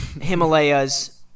Himalayas